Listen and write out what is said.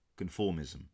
conformism